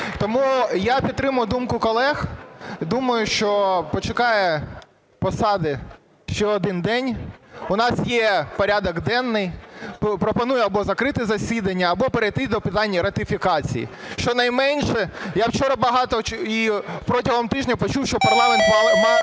Тому я підтримую думку колег. Думаю, що почекає посада ще один день. У нас є порядок денний. Пропоную або закрити засідання, або перейти до питання ратифікації. Щонайменше, я вчора багато, і протягом тижня почув, що парламент